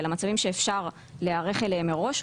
אלא שאפשר להיערך אליהם מראש,